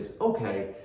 okay